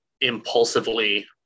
impulsively